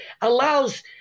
allows